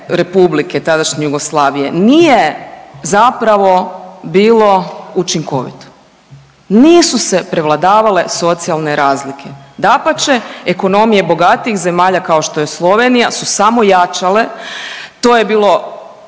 republike tadašnje Jugoslavije nije zapravo bilo učinkovito, nisu se prevladavale socijalne razlike. Dapače, ekonomije bogatijih zemalja, kao što je Slovenija su samo jačale, to je bilo